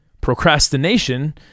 Procrastination